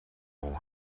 old